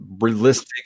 Realistic